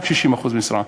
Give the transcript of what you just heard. רק 60% משרה,